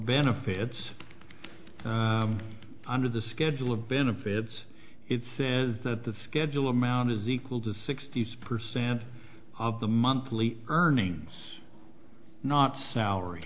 benefits under the schedule of benefits it says that the schedule amount is equal to sixty percent of the monthly earnings not salary